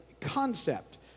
concept